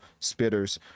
spitters